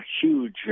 huge